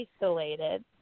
isolated